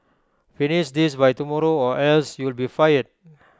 finish this by tomorrow or else you'll be fired